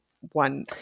one